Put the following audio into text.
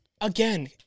Again